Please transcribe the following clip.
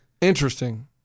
Interesting